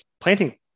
planting